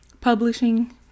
publishing